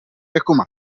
jako